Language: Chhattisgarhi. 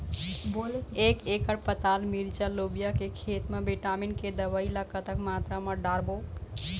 एक एकड़ पताल मिरचा लोबिया के खेत मा विटामिन के दवई ला कतक मात्रा म डारबो?